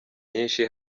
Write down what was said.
nyinshi